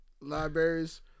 libraries